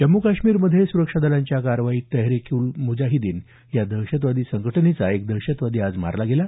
जम्मू काश्मीरमध्ये सुरक्षा दलांच्या कारवाई तहरीक उल मुजाहिदीन या दहशतवादी संघटनेचा एक दहशतवादी मारला गेला